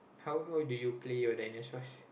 how how do you play your dinosaurs